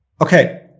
okay